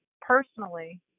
personally